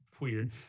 weird